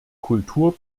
kultur